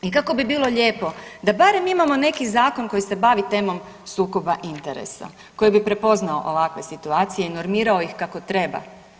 I kako bi bilo lijepo da imamo neki zakon koji se bavi temom sukoba interesa koji bi prepoznao ovakve situacije i normirao ih kako treba.